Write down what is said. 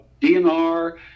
DNR